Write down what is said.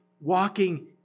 walking